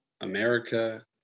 America